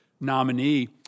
nominee